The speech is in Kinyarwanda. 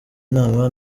nama